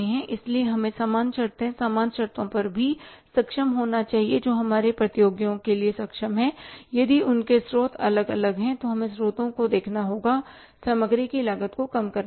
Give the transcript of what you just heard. इसलिए हमें समान शर्तों समान शर्तों पर भी सक्षम होना चाहिए जो हमारे प्रतियोगियों के लिए सक्षम हैं यदि उनके स्रोत अलग अलग हैं तो हमें स्रोतों को देखना होगा सामग्री की लागत को कम करना होगा